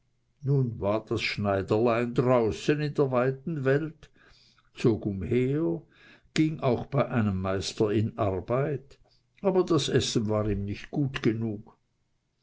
nun war das schneiderlein draußen in der weiten welt zog umher ging auch bei einem meister in die arbeit aber das essen war ihm nicht gut genug